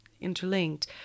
interlinked